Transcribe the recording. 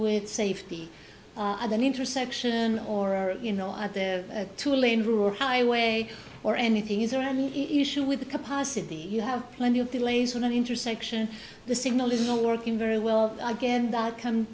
with safety of an intersection or you know at the tulane rule highway or anything is there any issue with the capacity you have plenty of delays when an intersection the signal isn't working very well again that c